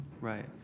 Right